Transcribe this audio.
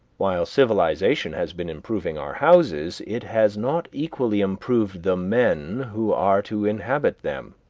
while civilization has been improving our houses, it has not equally improved the men who are to inhabit them.